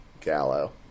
Gallo